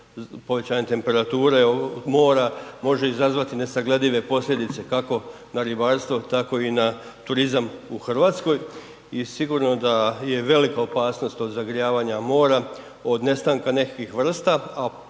povećanje temperature mora može izazvati nesagledive posljedice, kako na ribarstvo, tako i na turizam u Hrvatskoj, i sigurno da je velika opasnost od zagrijavanja mora, od nestanka nekih vrsta,